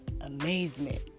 amazement